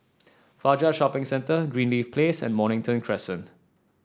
Fajar Shopping Centre Greenleaf Place and Mornington Crescent